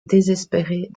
désespérés